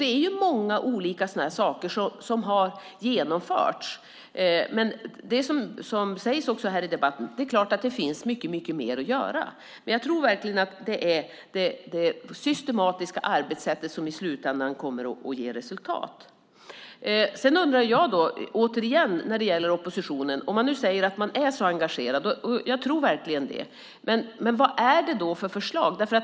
Det är många sådana olika saker som har genomförts. Men som det också sägs i debatten finns det mycket mer att göra. Jag tror verkligen att det är det systematiska arbetssättet som i slutändan kommer att ge resultat. Jag undrar återigen när det gäller oppositionen när man nu säger att man är så engagerad - jag tror verkligen det - vad det då är för förslag.